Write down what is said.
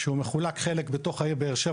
שהוא מחולק חלק בתוך העיר באר שבע.